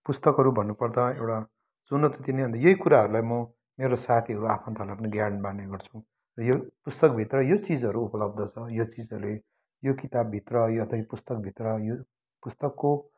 पुस्तकहरू भन्नु पर्दा एउटा चुनौती दिने अन्त यही कुराहरूलाई म मेरो साथीहरू आफन्तहरूलाई पनि ज्ञान बाँड्ने गर्छु र यो पुस्तकभित्र यो चिजहरू उपलब्ध छ यो चिजहरू ले यो किताबभित्र अथवा यो पुस्तकभित्र यो पुस्तकको